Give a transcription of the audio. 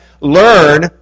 Learn